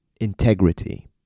integrity